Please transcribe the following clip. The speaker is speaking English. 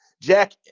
Jack